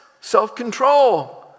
self-control